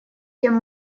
тем